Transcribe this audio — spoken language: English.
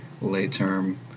late-term